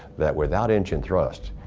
that without engine thrust,